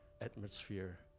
atmosphere